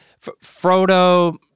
Frodo